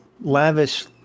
lavish